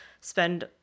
spend